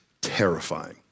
terrifying